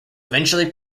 eventually